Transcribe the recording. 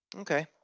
Okay